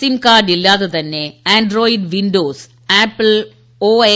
SIM card ഇല്ലാതെ തന്നെ Android Windows Apple OI